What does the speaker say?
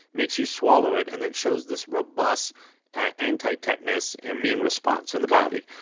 makes you swallow it and then shows this robust anti-tetanus immune response in the body.